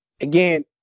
again